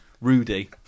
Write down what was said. Rudy